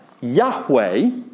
Yahweh